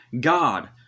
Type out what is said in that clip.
God